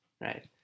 right